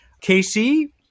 Casey